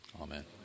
Amen